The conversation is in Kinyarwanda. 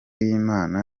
y’imana